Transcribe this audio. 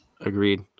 Agreed